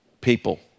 people